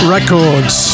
Records